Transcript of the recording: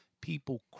people